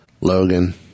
Logan